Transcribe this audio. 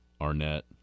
Arnett